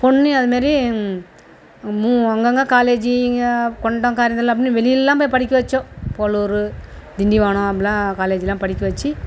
பொண்ணையும் அதுமாரி மூ அங்கங்கே காலேஜி இங்கே அப்படின்னு வெளிலெலாம் போய் படிக்க வைச்சோம் போரூர் திண்டிவனம் அப்படிலாம் காலேஜியெலாம் படிக்க வெச்சு